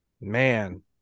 man